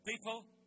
people